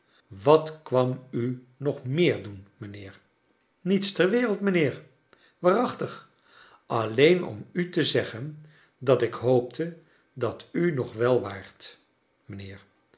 wat kwam u nog meer doen mijnheer niets ter wereld mrjnheer waarachtig alleen om u te zeggen dat ik hoopte dat u nog wel waart